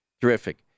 Terrific